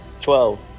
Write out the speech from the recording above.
twelve